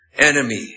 enemy